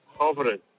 confident